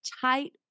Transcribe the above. tight